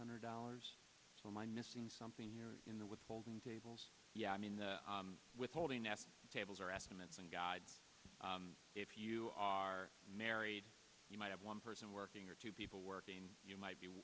hundred dollars for mine missing something here in the withholding tables yeah i mean the withholding tables are estimates and guide if you are married you might have one person working or two people working you might be